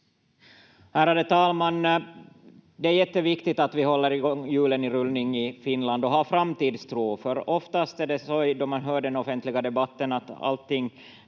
Ärade talman! Det är jätteviktigt att vi håller hjulen i rullning i Finland och har framtidstro. Oftast är det så då man hör på den offentliga debatten att allting